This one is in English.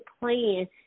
plan